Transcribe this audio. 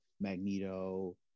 Magneto